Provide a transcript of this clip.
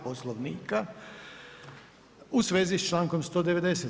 Poslovnika u svezi sa člankom 190.